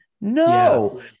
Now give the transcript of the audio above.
no